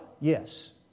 Yes